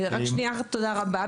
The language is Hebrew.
תודה רבה,